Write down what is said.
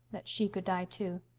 that she could die, too.